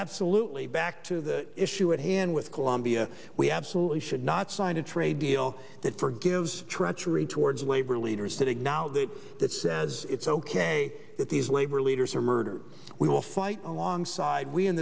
absolutely back to the issue at hand with colombia we absolutely should not sign a trade deal that forgives treachery towards labor leaders today now that it says it's ok that these labor leaders are murder we will fight alongside we in